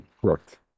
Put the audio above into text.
Correct